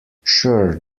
sure